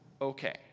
okay